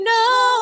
no